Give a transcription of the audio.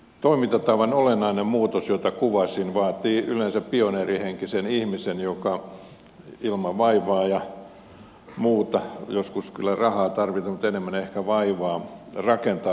toimintatavan olennainen muutos jota kuvasin vaatii yleensä pioneerihenkisen ihmisen joka ilman rahaa ja muuta joskus kyllä rahaa tarvitaan mutta enemmän ehkä vaivaa rakentaa proton